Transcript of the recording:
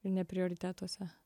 ir ne prioritetuose